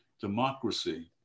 democracy